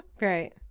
right